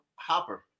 hopper